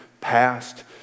past